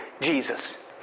Jesus